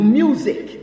music